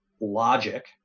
logic